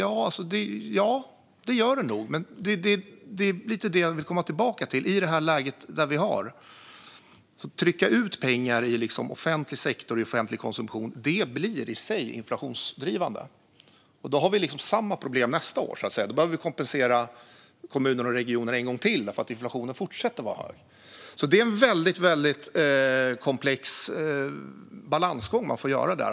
Ja, det gör det nog, men det är lite detta jag vill komma tillbaka till: Att i det läge vi har trycka ut pengar i offentlig sektor och till offentlig konsumtion blir i sig inflationsdrivande. Då har vi samma problem nästa år och behöver kompensera kommuner och regioner en gång till därför att inflationen fortsätter att vara hög. Det är alltså en väldigt komplex balansgång man får göra där.